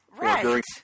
Right